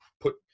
put